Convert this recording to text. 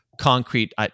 concrete